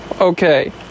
Okay